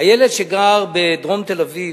הילד שגר בדרום תל-אביב,